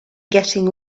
getting